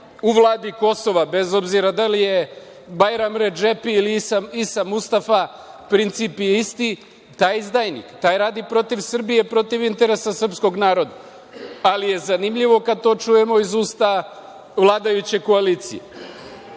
u vladi Kosova, bez obzira da li je Bajram Redžepi ili Isa Mustafa, princip je isti, je izdajnik, taj radi protiv Srbije, protiv interesa srpskog naroda. Ali je zanimljivo kada čujemo to iz usta vladajuće koalicije.